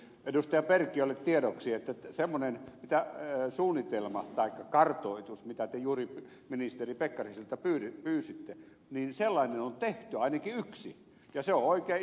perkiölle tiedoksi että semmoinen kartoitus mitä te juuri ministeri pekkariselta pyysitte on tehty ainakin yksi ja se on oikein iso luntta